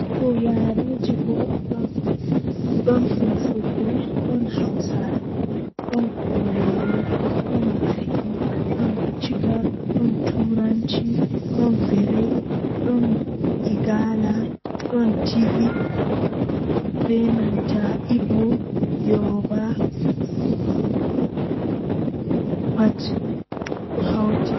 Tomi hebi siwtaare jei asaweerekomi burtaa wadugo kam mi siwtan mi waala mi daanotomi fini fajjira baawo mi juuliu mi nyaami mi wurtan yaasi mi tefa sobiraabe am be wara ko mi jooda mi hiira be mabbe to jemma wadi mi warta mi daano mi siwtina yonki am.